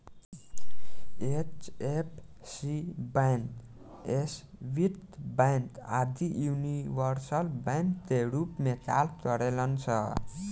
HFC bank, Swiss bank आदि universal bank के रूप में कार्य करेलन सन